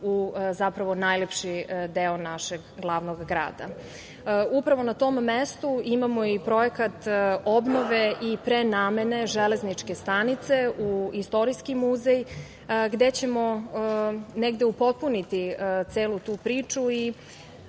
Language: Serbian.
u zapravo, najlepši deo našeg glavnog grada. Upravo, na tom mestu imamo i projekat obnove i prenamene železničke stanice u istorijski muzej, gde ćemo negde upotpuniti celu tu priču i